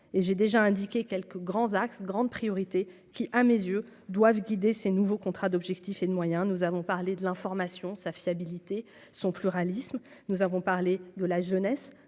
et j'ai déjà indiqué quelques grands axes grandes priorités qui à mes yeux doivent guider ces nouveaux contrats d'objectifs et de moyens, nous avons parlé de l'information, sa fiabilité, son pluralisme, nous avons parlé de la jeunesse,